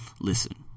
Listen